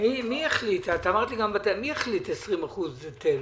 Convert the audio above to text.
מי החליט על 20% היטל?